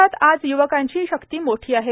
देशात आज य्वकांची शक्ती मोठों आहे